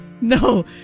No